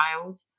child